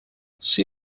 see